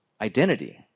identity